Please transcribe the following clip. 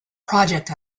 project